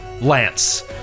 lance